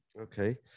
Okay